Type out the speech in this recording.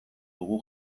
dugu